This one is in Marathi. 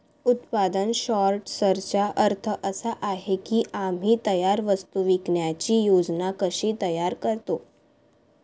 उत्पादन सॉर्टर्सचा अर्थ असा आहे की आम्ही तयार वस्तू विकण्याची योजना कशी तयार करतो